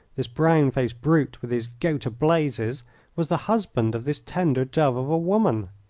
this brown-faced brute with his go to blazes was the husband of this tender dove of a woman.